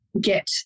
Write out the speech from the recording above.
get